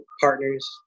partners